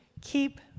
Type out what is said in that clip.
keep